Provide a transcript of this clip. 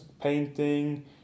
painting